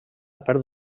perd